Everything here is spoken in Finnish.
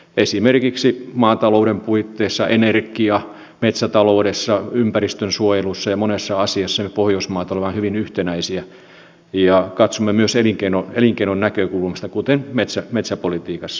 esimerkiksi maatalouden puitteissa energia metsätaloudessa ympäristönsuojelussa ja monessa asiassa me pohjoismaat olemme hyvin yhtenäisiä ja katsomme myös elinkeinon näkökulmasta kuten metsäpolitiikassa